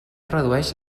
redueix